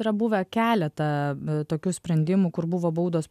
yra buvę keletą tokių sprendimų kur buvo baudos